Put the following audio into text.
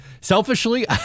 Selfishly